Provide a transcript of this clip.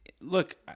look